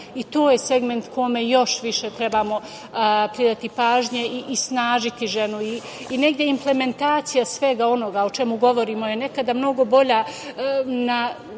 i to je segment kome još više treba da pridamo pažnje i snažiti ženu i negde implementacija svega onoga o čemu govorimo je nekada mnogo bolja na